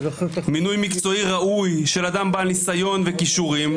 מינוי מקצועי ראוי של אדם בעל ניסיון וכישורים,